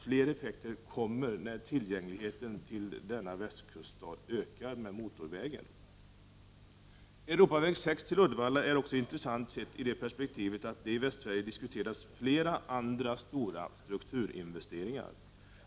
Fler effekter kommer när tillgängligheten till denna västkuststad ökar med motorvägen. Europaväg 6 till Uddevalla är intressant sedd också i det perspektivet att det i Västsverige diskuteras flera andra stora strukturinvesteringar.